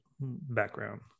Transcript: background